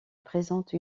présente